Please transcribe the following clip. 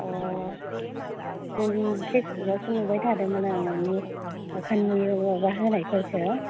अ फेसबुकआवसो नुबाय थादोंमोन आं नोंनि दखाननि माबा होनाय फोरखौ